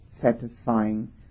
satisfying